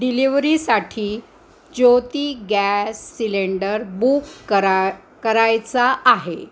डिलिवरीसाठी Jyoti gas cylinder book करा करायचा आहे